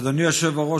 אדוני היושב-ראש,